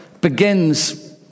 begins